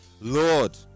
Lord